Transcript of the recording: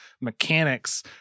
mechanics